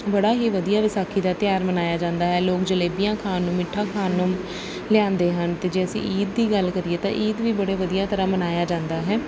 ਬੜਾ ਹੀ ਵਧੀਆ ਵਿਸਾਖੀ ਦਾ ਤਿਉਹਾਰ ਮਨਾਇਆ ਜਾਂਦਾ ਹੈ ਲੋਕ ਜਲੇਬੀਆਂ ਖਾਣ ਨੂੰ ਮਿੱਠਾ ਖਾਣ ਨੂੰ ਲਿਆਉਂਦੇ ਹਨ ਅਤੇ ਜੇ ਅਸੀਂ ਈਦ ਦੀ ਗੱਲ ਕਰੀਏ ਤਾਂ ਈਦ ਵੀ ਬੜੇ ਵਧੀਆ ਤਰ੍ਹਾਂ ਮਨਾਇਆ ਜਾਂਦਾ ਹੈ